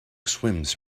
swims